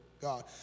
God